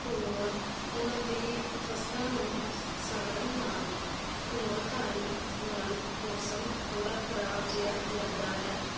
ਧੂੰਆਂ ਉਹਨਾਂ ਦੀ ਫਸਲਾਂ ਨੂੰ ਸ ਸਾੜਨ ਨਾਲ ਧੂਆਂਧਾਰੀ ਨਾਲ ਮੌਸਮ ਥੋੜ੍ਹਾ ਖਰਾਬ ਜਿਹਾ ਲੱਗਦਾ ਹੈ